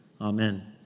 Amen